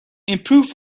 improve